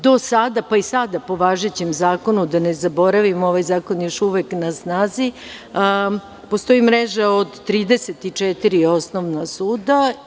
Do sada, pa i sada po važećem zakonu, da ne zaboravim, ovaj zakon je još uvek na snazi, postoji mreža od 34 osnovna suda.